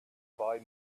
boy